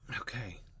okay